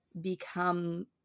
become